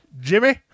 Jimmy